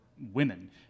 women